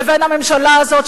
לבין הממשלה הזאת,